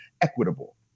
equitable